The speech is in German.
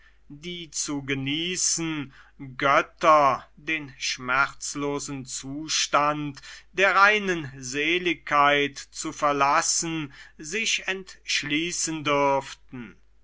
die zu genießen götter den schmerzlosen zustand der reinen seligkeit zu verlassen sich entschließen dürften